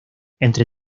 entre